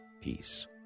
peace